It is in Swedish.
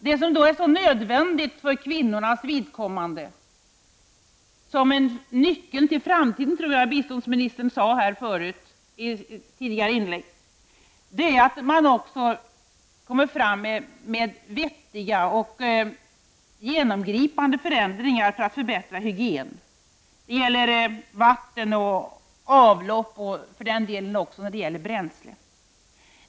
Sedan är det verkligen nödvändigt för kvinnornas vidkommande — jag tror att biståndsministern i ett tidigare inlägg här i dag talade om nyckeln till framtiden — att det sker vettiga och genomgripande förändringar, så att hygienen kan förbättras. Det gäller vatten och avlopp och för den delen också bränslet.